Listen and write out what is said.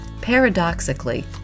Paradoxically